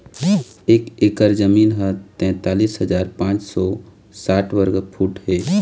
एक एकर जमीन ह तैंतालिस हजार पांच सौ साठ वर्ग फुट हे